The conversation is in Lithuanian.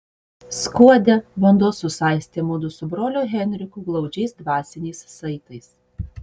skuode vanduo susaistė mudu su broliu henriku glaudžiais dvasiniais saitais